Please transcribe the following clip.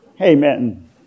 Amen